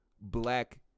black